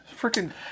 freaking